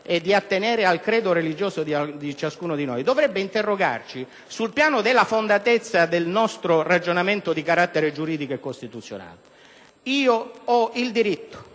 di attenere al credo religioso di ciascuno di noi dovrebbe interrogarci sul piano della fondatezza del nostro ragionamento di carattere giuridico e costituzionale. Io ho il diritto